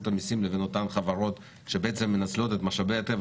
המיסים לבין אותן חברות שמנצלות את משאבי הטבע,